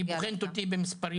היא בוחנת אותי מספרים.